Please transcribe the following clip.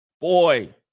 Boy